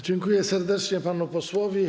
Dziękuję serdecznie panu posłowi.